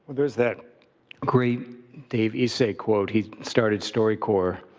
there's that great dave isay quote. he started storycorps.